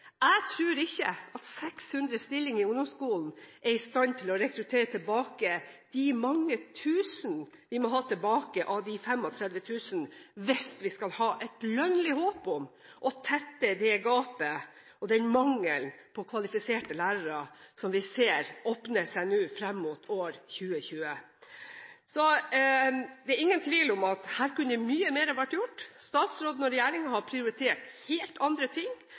Jeg tror ikke at 600 stillinger i ungdomsskolen gjør en i stand til å rekruttere tilbake de mange tusen vi må ha tilbake av de 35 000, hvis vi skal ha et lønnlig håp om å tette det gapet og den mangelen på kvalifiserte lærere som vi ser åpne seg nå fram mot år 2020. Det er ingen tvil om at her kunne mye mer ha vært gjort. Statsråden og regjeringen har prioritert helt andre ting